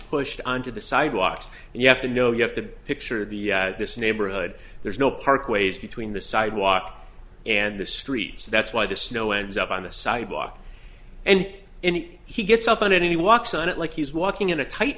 pushed onto the sidewalks and you have to know you have to picture the this neighborhood there's no parkways between the sidewalk and the street so that's why the snow ends up on the sidewalk and in it he gets up on it he walks on it like he's walking in a